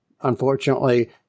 unfortunately